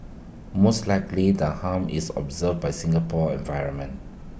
most likely the harm is absorbed by Singapore's environment